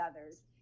others